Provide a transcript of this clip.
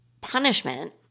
punishment